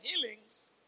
healings